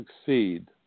succeed